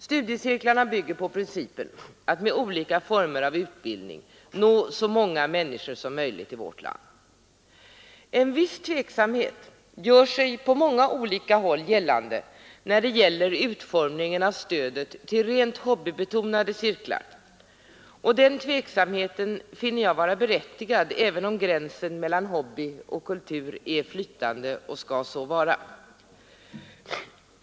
Studiecirklarna bygger bl.a. på principen att med olika former av utbildning nå så många människor som möjligt i vårt land. En viss tveksamhet gör sig på många håll gällande i fråga om utformningen av stödet till rent hobbybetonade cirklar, och den tveksamheten finner jag vara berättigad, även om gränsen mellan hobby och kultur är flytande och skall så vara.